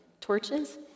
torches